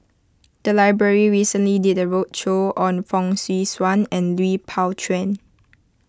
the library recently did a roadshow on Fong Swee Suan and Lui Pao Chuen